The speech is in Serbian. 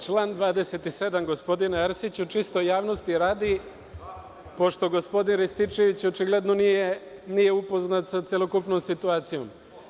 Član 27. gospodine Arsiću, čisto javnosti radi, pošto gospodin Rističević očigledno nije upoznat sa celokupnom situacijom.